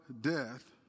death